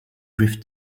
drift